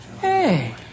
Hey